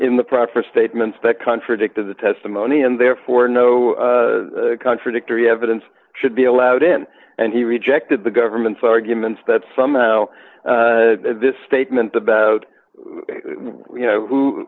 in the proffer statements that contradicted the testimony and therefore no contradictory evidence should be allowed in and he rejected the government's arguments that somehow this statement about you know who